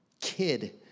kid